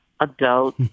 adult